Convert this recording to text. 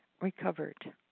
recovered